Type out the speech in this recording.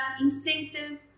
instinctive